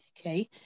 Okay